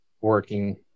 working